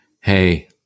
hey